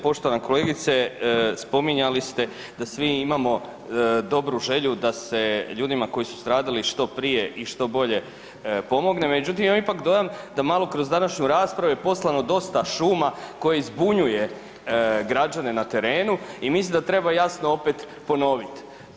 Poštovana kolegice spominjali ste da svi imao dobru želju da se ljudima koji su stradali što prije i što bolje pomogne, međutim ja imam ipak dojam da malo kroz današnju raspravu je poslano dosta šuma koji zbunjuje građane na terenu i mislim da treba jasno opet ponoviti.